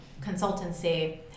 consultancy